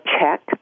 check